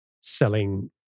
selling